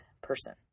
person